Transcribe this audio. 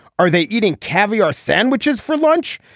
are they eating caviar sandwiches for lunch.